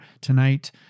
tonight